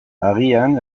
agian